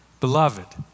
Beloved